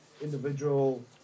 individual